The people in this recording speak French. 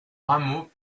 rameau